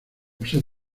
posee